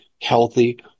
healthy